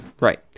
right